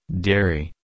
Dairy